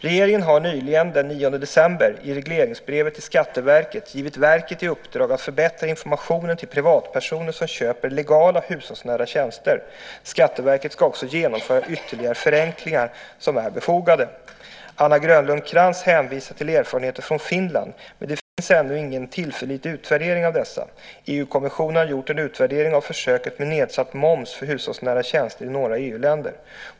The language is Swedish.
Regeringen har nyligen, den 9 december, i regleringsbrevet till Skatteverket givit verket i uppdrag att förbättra informationen till privatpersoner som köper legala hushållsnära tjänster. Skatteverket ska också genomföra ytterligare förenklingar som är befogade. Anna Grönlund Krantz hänvisar till erfarenheter från Finland, men det finns ännu ingen tillförlitlig utvärdering av dessa. EU-kommissionen har gjort en utvärdering av försöket med nedsatt moms för hushållsnära tjänster i några EU-länder.